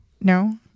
No